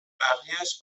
بقیهاش